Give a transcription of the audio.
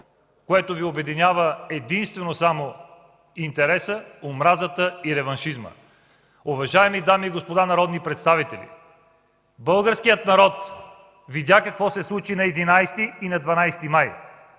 където Ви обединяват единствено и само интересът, омразата и реваншизмът. Уважаеми дами и господа народни представители, българският народ видя какво се случи на 11 и 12 май.